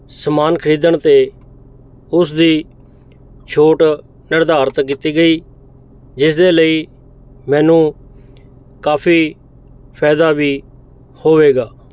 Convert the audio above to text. ਸਮਾਨ ਖਰੀਦਣ 'ਤੇ ਉਸ ਦੀ ਛੋਟ ਨਿਰਧਾਰਤ ਕੀਤੀ ਗਈ ਜਿਸ ਦੇ ਲਈ ਮੈਨੂੰ ਕਾਫੀ ਫਾਇਦਾ ਵੀ ਹੋਵੇਗਾ